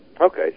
Okay